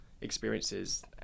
experiences